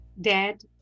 dead